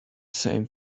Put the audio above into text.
same